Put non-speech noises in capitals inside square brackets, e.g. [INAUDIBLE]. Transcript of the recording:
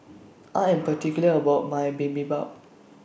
[NOISE] I Am particular about My Bibimbap